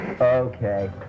Okay